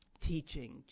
teaching